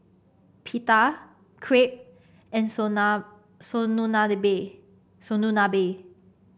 Pita Crepe and